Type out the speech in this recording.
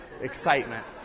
excitement